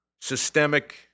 systemic